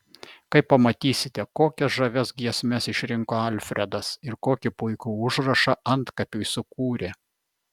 kai pamatysite kokias žavias giesmes išrinko alfredas ir kokį puikų užrašą antkapiui sukūrė